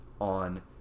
On